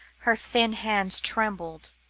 her thin hands trembled.